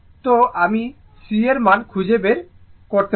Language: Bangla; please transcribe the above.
সুতরাং আমি C এর মান খুঁজে বের করতে পারি